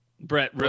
Brett